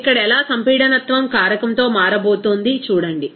ఇక్కడ ఎలా సంపీడనత్వం కారకం తో మారబోతోంది చూడండి